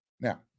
Now